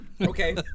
Okay